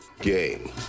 Game